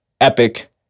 epic